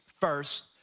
first